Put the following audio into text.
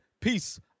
Peace